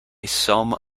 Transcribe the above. some